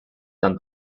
than